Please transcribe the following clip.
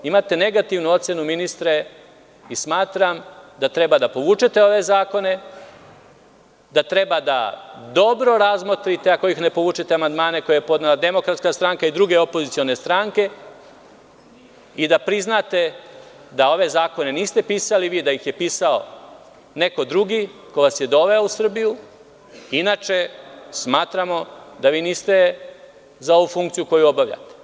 Imate ministre negativnu ocenu i smatram da treba da povučete ove zakone, da treba dobro da razmotrite, ako ne povučete amandmane koje je podnela Demokratska stranka i druge opozicione stranke i da priznate da ove zakone niste pisali vi, da ih je pisao neko drugi ko vas je doveo u Srbiju, inače smatramo da vi niste za ovu funkciju koju obavljate.